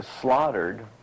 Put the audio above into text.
slaughtered